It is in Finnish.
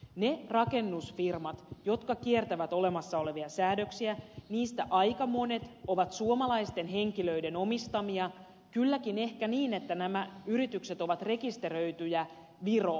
niistä rakennusfirmoista jotka kiertävät olemassa olevia säädöksiä aika monet ovat suomalaisten henkilöiden omistamia kylläkin ehkä niin että nämä yritykset ovat rekisteröityjä viroon